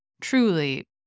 truly